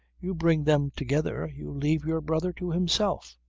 you bring them together, you leave your brother to himself!